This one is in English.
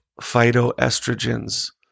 phytoestrogens